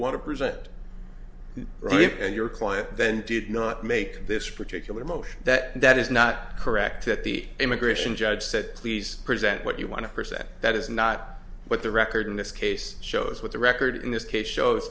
want to present right and your client then did not make this particular motion that that is not correct that the immigration judge said please present what you want to present that is not what the record in this case shows what the record in this case shows